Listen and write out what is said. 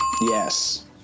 Yes